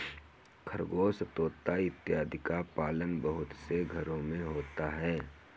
खरगोश तोता इत्यादि का पालन बहुत से घरों में होता है